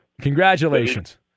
Congratulations